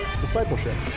discipleship